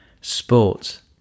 sports